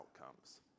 outcomes